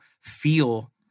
feel